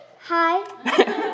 Hi